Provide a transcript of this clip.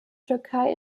türkei